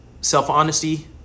self-honesty